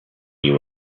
you